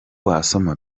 wasoma